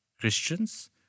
Christians